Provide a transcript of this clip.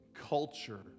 culture